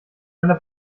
einer